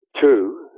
two